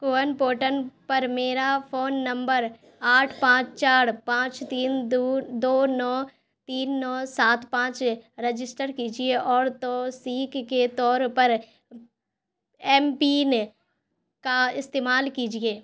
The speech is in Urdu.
کوون پورٹل پر میرا فون نمبر آٹھ پانچ چار پانچ تین دو دو نو تین نو سات پانچ رجسٹر کیجیے اور توثیق کے طور پر ایم پین کا استعمال کیجیے